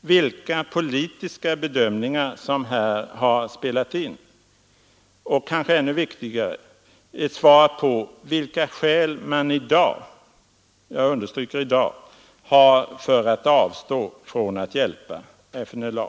vilka politiska bedömningar som här har spelat in och, ännu viktigare, vilka skäl man i dag har för att avstå från att hjälpa FNLA.